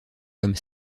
comme